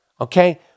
Okay